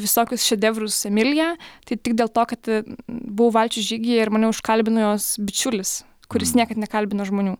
visokius šedevrus emiliją tai tik dėl to kad buvau valčių žygyje ir mane užkalbino jos bičiulis kuris niekad nekalbina žmonių